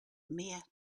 mia